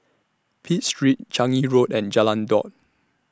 Pitt Street Changi Road and Jalan Daud